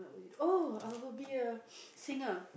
oh I will be a singer